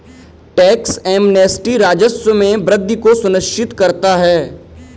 tax amnesty राजस्व में वृद्धि को सुनिश्चित करता है